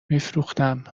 میفروختم